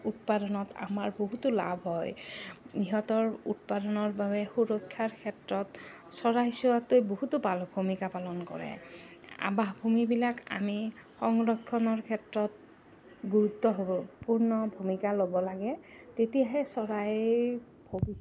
উৎপাদনত আমাৰ বহুতো লাভ হয় ইহঁতৰ উৎপাদনৰ বাবে সুৰক্ষাৰ ক্ষেত্ৰত চৰাই চোৱটোৱে বহুতো ভাল ভূমিকা পালন কৰে আৱাসভূমিবিলাক আমি সংৰক্ষণৰ ক্ষেত্ৰত গুৰুত্বপূৰ্ণ ভূমিকা ল'ব লাগে তেতিয়াহে চৰাইৰ